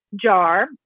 jar